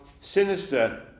sinister